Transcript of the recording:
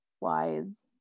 wise